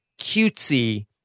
cutesy